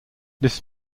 this